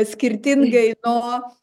skirtingai nuo